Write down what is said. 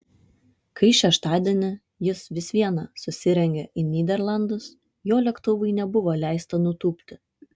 kai šeštadienį jis vis viena susirengė į nyderlandus jo lėktuvui nebuvo leista nutūpti